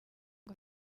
ngo